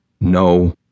No